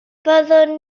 byddwn